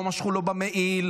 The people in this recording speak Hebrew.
לא משכו לו במעיל,